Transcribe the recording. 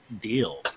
deal